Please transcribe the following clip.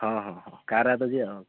ହଁ ହଁ ହଁ କାର୍ରେ ତ ଯିବା ଆଉ